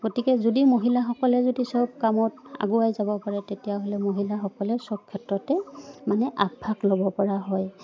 গতিকে যদি মহিলাসকলে যদি চব কামত আগুৱাই যাব পাৰে তেতিয়াহ'লে মহিলাসকলে চব ক্ষেত্ৰতে মানে আগভাগ ল'ব পৰা হয়